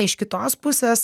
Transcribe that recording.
iš kitos pusės